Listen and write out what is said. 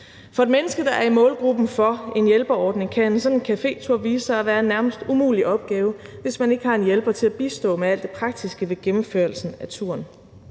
For et menneske, der er i målgruppen for en hjælperordning, kan en sådan cafétur vise sig at være en nærmest umulig opgave, hvis man ikke har en hjælper til at bistå med alt det praktiske ved gennemførelsen af turen.